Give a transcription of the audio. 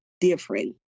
different